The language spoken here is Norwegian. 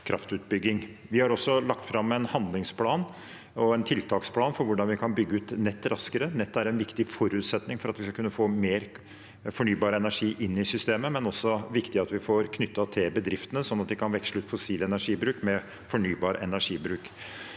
Vi har også lagt fram en handlingsplan og en tiltaksplan for hvordan vi kan bygge ut nett raskere. Nettet er en viktig forutsetning for at vi skal kunne få mer fornybar energi inn i systemet, men det er også viktig at vi får knyttet bedriftene til dette, sånn at de kan veksle ut fossil energibruk med fornybar energibruk.